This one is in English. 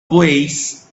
ways